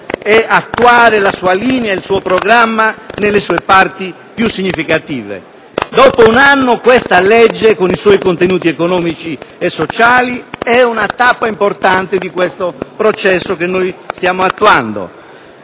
e attuare la sua linea, il suo programma nelle sue parti più significative. Dopo un anno questa legge, con i suoi contenuti economici e sociali, è una tappa importante di questo processo che noi stiamo attuando.